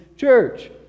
Church